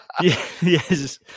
Yes